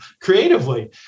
creatively